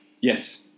Yes